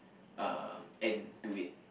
uh end to it